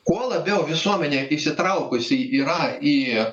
kuo labiau visuomenė įsitraukusi yra į